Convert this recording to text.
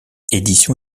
édition